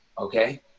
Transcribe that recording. okay